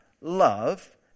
Love